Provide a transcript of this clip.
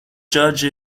judge